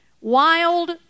wild